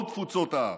כל תפוצות העם.